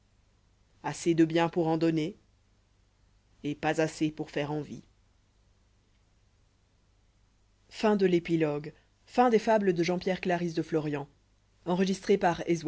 assez de bien ppur en donner et pas assez pour fane envie c fin